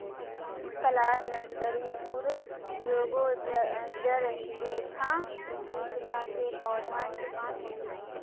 plant nursery उर जोगोह छर जेंछां बीज ला से पौधार निर्माण होछे